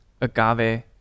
agave